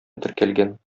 теркәлгән